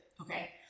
okay